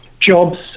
jobs